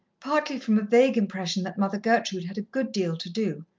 partly from a vague impression that mother gertrude had a good deal to do,